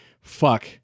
Fuck